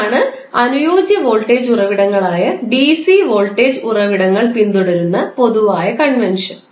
ഇതാണ് അനുയോജ്യ വോൾട്ടേജ് ഉറവിടങ്ങളായ ഡിസി വോൾട്ടേജ് ഉറവിടങ്ങൾ പിന്തുടരുന്ന പൊതുവായ കൺവെൻഷൻ